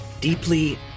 deeply